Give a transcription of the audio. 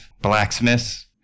blacksmiths